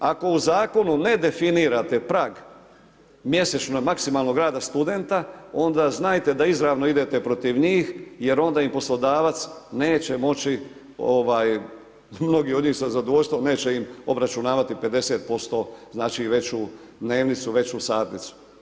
Ako u zakonu ne definirate prag, mjesečno, maksimalnog rada studenta, onda znajte da izravno idete protiv njih, jer onda im poslodavac neće moći, mnogi od njih sa zadovoljstvom neće im obračunavati 50% veću dnevnicu, veću satnicu.